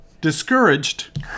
discouraged